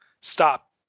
stop